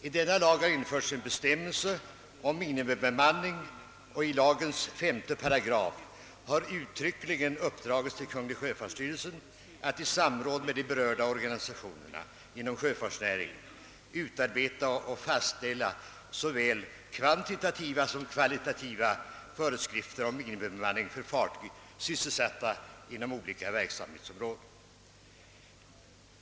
I denna lag är införd en bestämmelse om minimibemanning, och i lagens 2 § har sjöfartsstyrelsen uttryckligen ålagts att i samråd med berörda organisationer inom sjöfartsnäringen utarbeta och fast ställa såväl kvantitativa som kvalitativa föreskrifter om minimibemanning för fartyg sysselsatta inom olika verksamhetsområden.